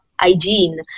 hygiene